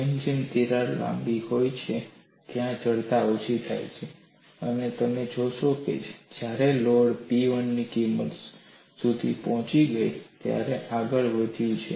જેમ જેમ તિરાડ લાંબી હોય છે ત્યાં જડતા ઓછી થાય છે અને તમે જોશો કે જ્યારે લોડ P1 ની કિંમત સુધી પહોંચી ગઈ છે ત્યારે આગળ વધ્યું છે